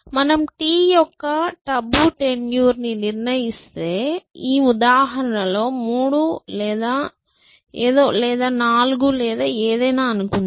మనం t యొక్క టబు టెన్యూర్ ని నిర్ణయిస్తే ఈ ఉదాహరణలో 3 లేదా ఏదో లేదా 4 లేదా ఏదైనా అనుకుందాం